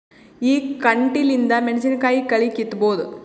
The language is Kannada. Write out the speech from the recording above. ಈ ಕಂಟಿಲಿಂದ ಮೆಣಸಿನಕಾಯಿ ಕಳಿ ಕಿತ್ತಬೋದ?